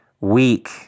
weak